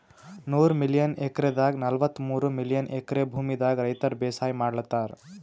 ನೂರ್ million ಎಕ್ರೆದಾಗ್ ನಲ್ವತ್ತಮೂರ್ million acre ಭೂಮಿದಾಗ್ ರೈತರ್ ಬೇಸಾಯ್ ಮಾಡ್ಲತಾರ್